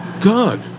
God